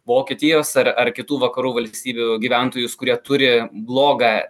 vokietijos ar ar kitų vakarų valstybių gyventojus kurie turi blogą